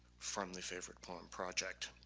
from the favorite poem project.